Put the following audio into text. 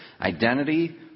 identity